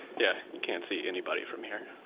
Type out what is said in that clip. yeah you can't see anybody from here.